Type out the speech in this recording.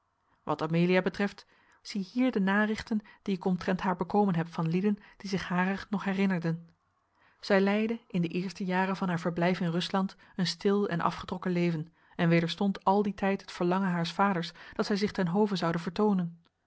wat amelia betreft ziehier de narichten die ik omtrent haar bekomen heb van lieden die zich harer nog herinnerden zij leidde in de eerste jaren van haar verblijf in rusland een stil en afgetrokken leven en wederstond al dien tijd het verlangen haars vaders dat zij zich ten hove zoude vertoonen